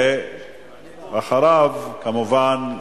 ואחריו, כמובן,